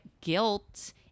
guilt